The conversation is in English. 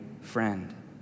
friend